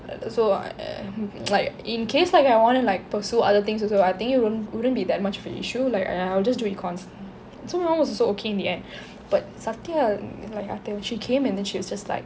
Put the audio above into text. err so I uh like in case like I want to like pursue other things also I think it wouldn't wouldn't be that much of an issue like !aiya! I will just do econ~ so my mum was also okay in the end but satya like she came and she was just like